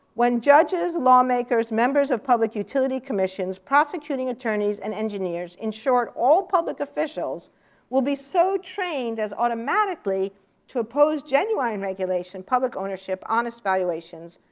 when judges, lawmakers, members of the public utility commissions, prosecuting attorneys, and engineers in short, all public officials will be so trained as automatically to oppose genuine regulation, public ownership, honest valuations,